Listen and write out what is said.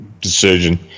decision